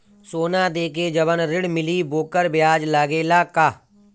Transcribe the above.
सोना देके जवन ऋण मिली वोकर ब्याज लगेला का?